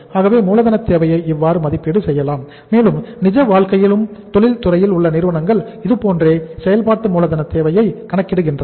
ஆகவே மூலதன தேவையை இவ்வாறு மதிப்பீடு செய்யலாம் மேலும் நிஜ வாழ்க்கையிலும் தொழில் துறையில் உள்ள நிறுவனங்கள் இதுபோன்றே செயல்பாட்டு மூலதன தேவையை கணக்கிடுகின்றனர்